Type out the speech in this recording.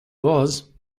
was